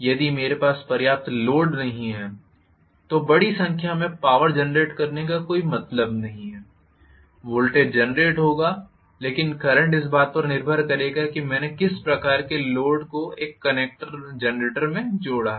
यदि मेरे पास पर्याप्त लोड नहीं है तो बड़ी संख्या में पावर जेनरेट करने का कोई मतलब नहीं है वोल्टेज जेनरेट होगा लेकिन करंट इस बात पर निर्भर करेगा कि मैंने किस प्रकार के लोड को एक जनरेटर में जोड़ा है